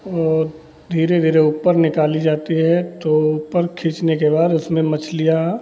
वह धीरे धीरे ऊपर निकाली जाती है तो ऊपर खींचने के बाद उसमें मछलियाँ